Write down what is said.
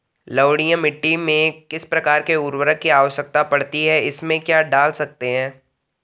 लवणीय मिट्टी में किस प्रकार के उर्वरक की आवश्यकता पड़ती है इसमें क्या डाल सकते हैं?